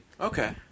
Okay